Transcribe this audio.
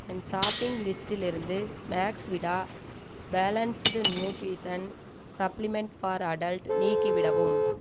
என் shopping லிஸ்டிலிருந்து Maxvida balanced nutrition supplement for adult நீக்கிவிடவும்